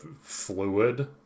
fluid